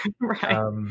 Right